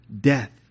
death